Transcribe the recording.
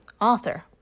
author